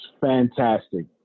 fantastic